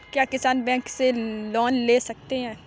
क्या किसान बैंक से लोन ले सकते हैं?